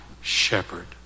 shepherd